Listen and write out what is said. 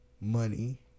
money